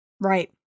Right